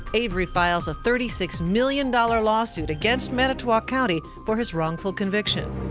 avery files a thirty six million dollars lawsuit against manitowoc county for his wrongful conviction.